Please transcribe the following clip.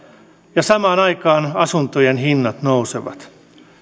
ja samaan aikaan asuntojen hinnat nousevat